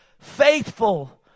faithful